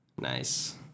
Nice